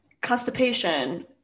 constipation